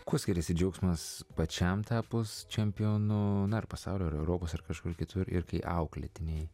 kuo skiriasi džiaugsmas pačiam tapus čempionu na ir pasaulio ar europos ar kažkur kitur ir kai auklėtiniai